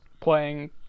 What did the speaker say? playing